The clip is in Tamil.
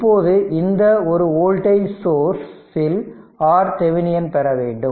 இப்போது இந்த ஒரு வோல்டேஜ் சோர்ஸ்ல் Rth பெற வேண்டும்